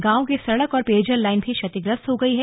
गांव की सड़क और पेयजल लाइन भी क्षतिग्रस्त हो गई है